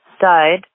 died